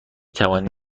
توانی